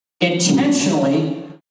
intentionally